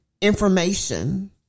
information